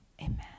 Amen